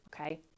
Okay